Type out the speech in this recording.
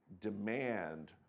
demand